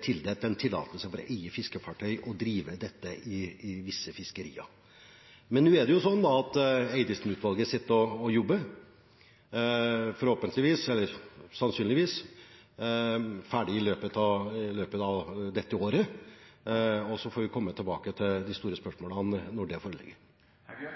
tildelt en tillatelse for å eie fiskefartøy og drive dette i visse fiskerier. Men nå er det slik at Eidesen-utvalget sitter og jobber, og de er sannsynligvis ferdig i løpet av dette året. Så får vi komme tilbake til de store spørsmålene når det